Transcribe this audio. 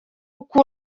uko